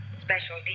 special